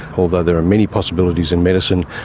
although there are many possibilities in medicine,